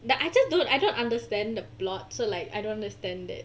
like I just don't I don't understand the plot so like I don't understand that